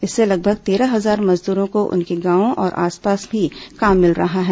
इससे लगभग तेरह हजार मजदूरों को उनके गांवों और आसपास ही काम मिल रहा है